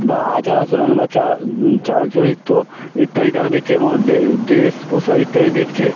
বা আচার আচরণ বা চাল চাল চরিত্র ইত্যাদি তারা দেখছে এবং ড্রেস ড্রেস পোশাক ইত্যাদি দেখছে